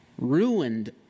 ruined